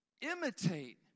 Imitate